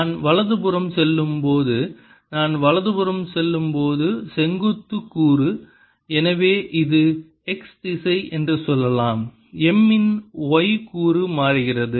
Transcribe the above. நான் வலதுபுறம் செல்லும்போது நான் வலதுபுறம் செல்லும்போது செங்குத்து கூறு எனவே இது X திசை என்று சொல்லலாம் M இன் Y கூறு மாறுகிறது